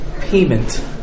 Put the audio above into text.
payment